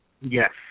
yes